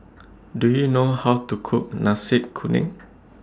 Do YOU know How to Cook Nasi Kuning